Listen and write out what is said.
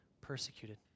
persecuted